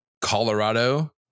Colorado